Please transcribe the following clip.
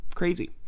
Crazy